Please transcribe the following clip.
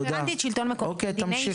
רפרנטית דיני שלטון מקומי.